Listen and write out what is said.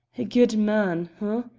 a good man!